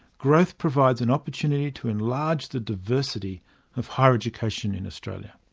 growth provides an opportunity to enlarge the diversity of higher education in australia.